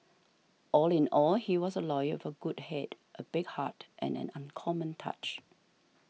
all in all he was a lawyer for a good head a big heart and an uncommon touch